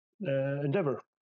endeavor